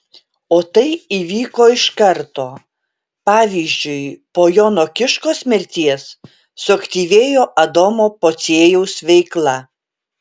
o tai įvyko iš karto pavyzdžiui po jono kiškos mirties suaktyvėjo adomo pociejaus veikla